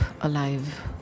alive